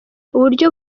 uburyo